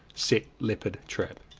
set leopard trap.